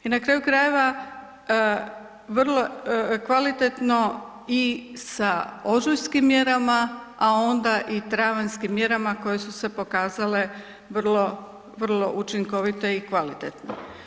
I na kraju krajeva, vrlo kvalitetno i za ožujskim mjerama a onda i travanjskim mjerama koje su se pokazale vrlo, vrlo učinkovite i kvalitetne.